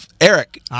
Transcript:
Eric